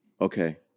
okay